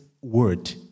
word